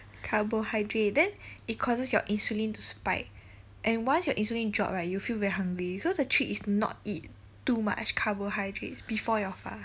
carbohydrate then it causes your insulin to spike and once your insulin drop right you would feel very hungry so the trick is not eat too much carbohydrates before your fast